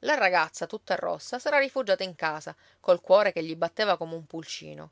la ragazza tutta rossa s'era rifugiata in casa col cuore che gli batteva come un pulcino